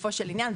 לגופו של עניין.